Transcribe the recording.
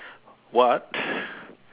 what